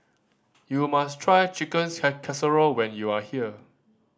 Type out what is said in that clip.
you must try Chicken Casserole when you are here